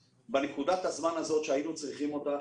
בנקודת הזמן הזאת שהיינו צריכים אותך,